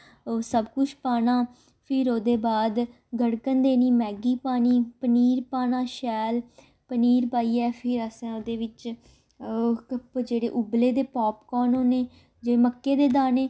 ओह् सब कुछ पाना फिर ओह्दे बाद गड़कन देनी मैगी पानी पनीर पाना शैल पनीर पाइयै फिर असें ओह्दे बिच्च जेह्ड़े उब्बले दे पॉपकोन होने जे मक्कें दे दाने